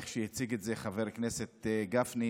איך שהציג את זה חבר הכנסת גפני,